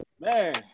Man